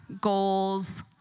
goals